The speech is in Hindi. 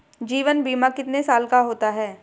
जीवन बीमा कितने साल का होता है?